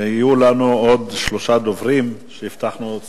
יהיו לנו עוד שלושה דוברים שהבטחנו את